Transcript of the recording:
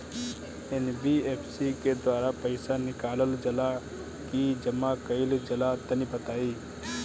NBFC के द्वारा पईसा निकालल जला की जमा कइल जला तनि बताई?